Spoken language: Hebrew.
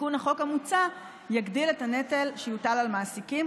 ותיקון החוק כמוצע יגדיל את הנטל שיוטל על מעסיקים,